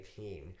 2019